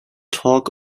talk